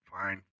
fine